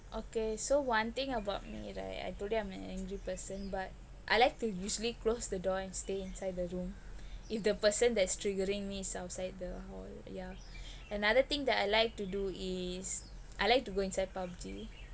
okay so one thing about me right I told you I'm a angry person but I like to usually close the door and stay inside the room if the person that's triggering me is outside the hall yeah another thing that I like to do is I like to go inside PUBG